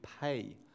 pay